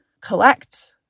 collect